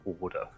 order